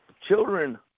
Children